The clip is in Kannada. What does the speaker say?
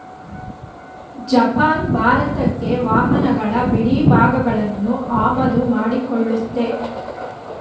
ಜಪಾನ್ ಭಾರತಕ್ಕೆ ವಾಹನಗಳ ಬಿಡಿಭಾಗಗಳನ್ನು ಆಮದು ಮಾಡಿಕೊಳ್ಳುತ್ತೆ